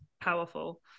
powerful